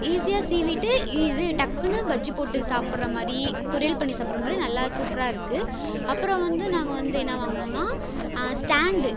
ஈஸியாக சீவிட்டு இது டக்குன்னு பஜ்ஜி போட்டு சாப்பிடற மாதிரி பொரியல் பண்ணி சாப்பிடற மாதிரி நல்லா சூப்பராயிருக்கு அப்புறம் வந்து நாங்கள் வந்து என்ன வாங்கினோம்னா ஸ்டாண்டு